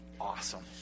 awesome